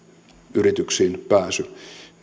yrityksiin pääsy